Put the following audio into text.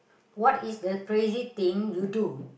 what is the crazy thing you do